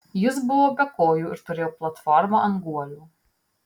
jis buvo be kojų ir turėjo platformą ant guolių